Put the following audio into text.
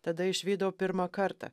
tada išvydau pirmą kartą